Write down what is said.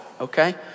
okay